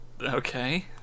Okay